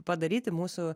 padaryti mūsų